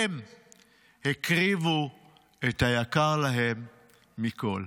הן הקריבו את היקר להן מכול.